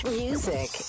music